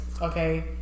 okay